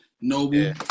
Noble